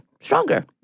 stronger